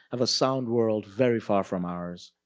have a sound world very far from ours.